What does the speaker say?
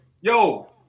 yo